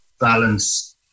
balance